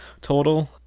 total